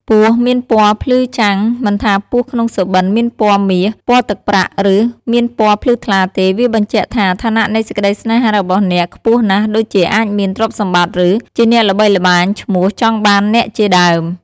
ពស់មានពណ៌ភ្លឺចាំង មិនថាពស់ក្នុងសុបិនមានពណ៌មាស ពណ៌ទឹកប្រាក់ ឬ មានពណ៌ភ្លឺថ្លាទេ វាបញ្ជាក់ថា ឋានៈនៃសេចក្តីសេ្នហារបស់អ្នកខ្ពស់ណាស់ ដូចជា អាចមាន ទ្រព្យសម្បត្តិ ឬ ជាអ្នកល្បីល្បាញឈ្មោះចង់បានអ្នកជាដើម។